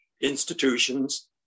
institutions